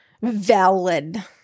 Valid